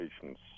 patients